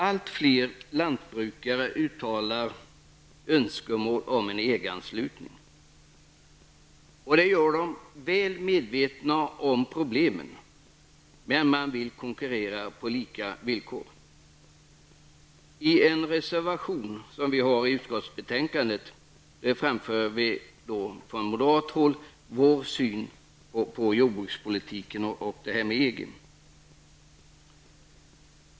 Allt fler lantbrukare uttalar önskemål om en EG anslutning, och det gör dem väl medvetna om problemen. Men man vill konkurrera på lika villkor. I en reservation vid betänkandet framför vi från moderat håll vår syn på jordbrukspolitiken och EG.